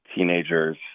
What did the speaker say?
teenagers